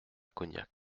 cognac